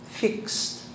fixed